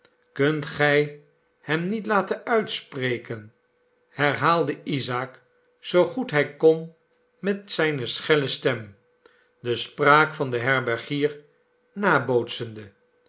kunt gij hem niet laten uitspreken herhaalde isaak zoo goed hij kon met zijne schelle stem de spraak van den herbergier nabootsende